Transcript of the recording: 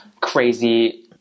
crazy